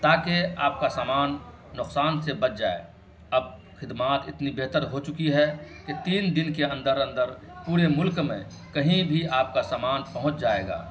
تاکہ آپ کا سامان نقصان سے بچ جائے اب خدمات اتنی بہتر ہو چکی ہے کہ تین دن کے اندر اندر پورے ملک میں کہیں بھی آپ کا سامان پہنچ جائے گا